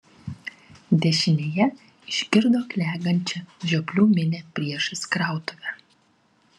dešinėje išgirdo klegančią žioplių minią priešais krautuvę